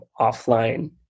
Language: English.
offline